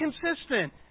consistent